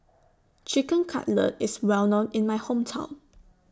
Chicken Cutlet IS Well known in My Hometown